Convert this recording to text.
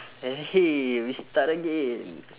and hey we start again